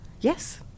Yes